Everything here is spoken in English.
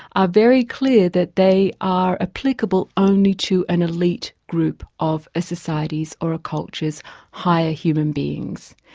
are very clear that they are applicable only to an elite group of ah society's or ah culture's higher human beings.